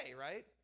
right